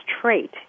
trait